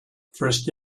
first